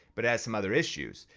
but has some other issues.